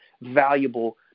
valuable